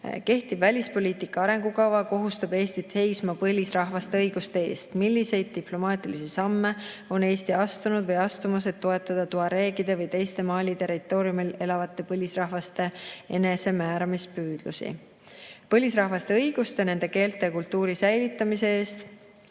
"Kehtiv välispoliitika arengukava kohustab Eestit seisma põlisrahvaste õiguste eest. Milliseid diplomaatilisi samme on Eesti astunud või astumas, et toetada tuareegide või teiste Mali territooriumil elavate põlisrahvaste enesemääramispüüdlusi?" Põlisrahvaste õiguste, nende keelte ja kultuuri säilitamise eest